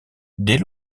dès